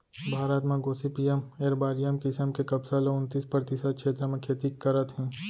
भारत म gossypium arboreum किसम के कपसा ल उन्तीस परतिसत छेत्र म खेती करत हें